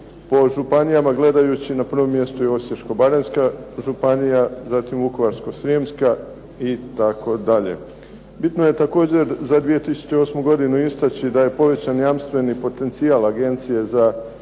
Po županijama gledajući na prvom mjestu je Osječko-baranjska županija zatim Vukovarsko-srijemska itd. Bitno je također za 2008. godinu istaći da je povećan jamstveni potencijal agencije za 500